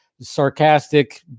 sarcastic